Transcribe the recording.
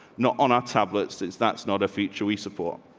not on our tablets. that's that's not a feature we support.